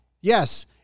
Yes